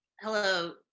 Hello